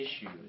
issues